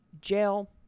Jail